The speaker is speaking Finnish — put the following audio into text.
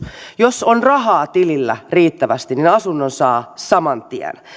jos on rahaa tilillä riittävästi niin asunnon saa saman tien